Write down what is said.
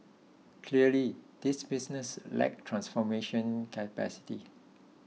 clearly these businesses lack transformation capacity